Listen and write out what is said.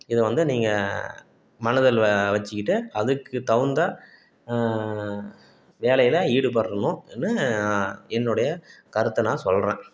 இதை வந்து நீங்கள் மனதில் வச்சுக்கிட்டு அதுக்கு தகுந்த வேலையில் ஈடுபடணுன்னு என்னுடைய கருத்தை நான் சொல்கிறேன்